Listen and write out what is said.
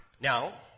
Now